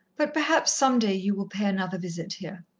but perhaps some day you will pay another visit here.